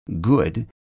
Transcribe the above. good